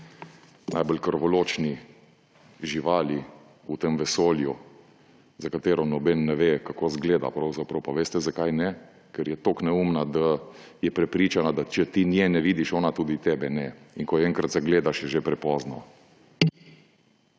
najbolj krvoločni živali v tem vesolju, za katero nobeden ne ve, kako pravzaprav izgleda. Pa veste, zakaj ne? Ker je toliko neumna, da je prepričana, da če ti nje ne vidiš, ona tudi tebe ne. In ko jo enkrat zagledaš, je že prepozno.